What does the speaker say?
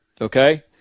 okay